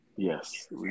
Yes